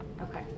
okay